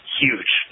huge